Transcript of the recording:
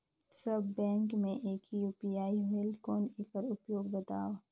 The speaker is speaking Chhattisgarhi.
सब बैंक मे एक ही यू.पी.आई होएल कौन एकर उपयोग बताव?